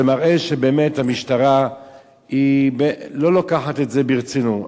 זה מראה שהמשטרה לא לוקחת את זה ברצינות.